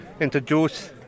introduce